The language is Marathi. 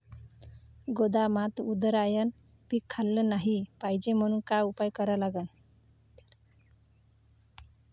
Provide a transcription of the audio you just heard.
गोदामात उंदरायनं पीक खाल्लं नाही पायजे म्हनून का उपाय करा लागन?